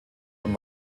und